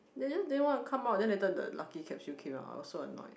they just didn't wanna come out then later the lucky capsule came out I was so annoyed